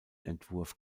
entwurf